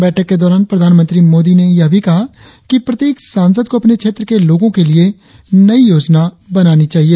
बैठक के दौरान प्रधानमंत्री मोदी ने यह भी कहा कि प्रत्येक सांसद को अपने क्षेत्र के लोगों के लिए नई योजना बनानी चाहिए